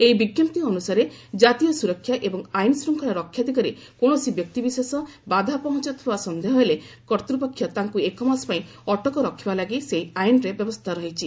ଏହି ବିଜ୍ଞପ୍ତି ଅନୁସାରେ ଜାତୀୟ ସୁରକ୍ଷା ଏବଂ ଆଇନ୍ ଶ୍ରୁଙ୍ଗଳା ରକ୍ଷା ଦିଗରେ କୌଣସି ବ୍ୟକ୍ତିବିଶେଷ ବାଧା ପହଞ୍ଚାଉଥିବା ସନ୍ଦେହ ହେଲେ କର୍ତ୍ତ୍ପକ୍ଷ ତାଙ୍କୁ ଏକ ମାସ ପାଇଁ ଅଟକ ରଖିବା ଲାଗି ସେହି ଆଇନରେ ବ୍ୟବସ୍ଥା ରହିଛି